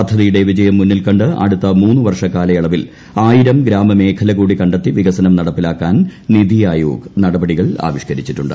പദ്ധതിയുടെ വിജയം മുന്നിൽകണ്ട് അടുത്ത മൂന്നു വർഷ കാലയളവിൽ ആയിരം ഗ്രാമ മേഖല കൂടി കണ്ടെത്തി വികസനം നടപ്പിലാക്കാൻ നിതി ആയോഗ് നടപടികൾ ആവിഷ്കരിച്ചിട്ടുണ്ട്